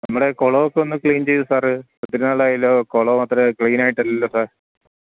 നമ്മുടെ കുളം ഒക്കെ ഒന്ന് ക്ലീൻ ചെയ്യ് സാറ് ഒത്തിരി നാളായല്ലോ കുളം അത്ര ക്ലീൻ ആയിട്ടില്ലല്ലോ സർ